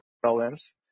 problems